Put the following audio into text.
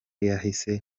yahise